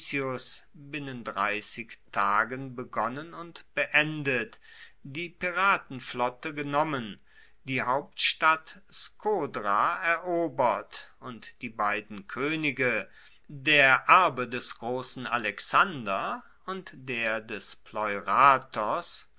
binnen dreissig tagen begonnen und beendet die piratenflotte genommen die hauptstadt skodra erobert und die beiden koenige der erbe des grossen alexander und der des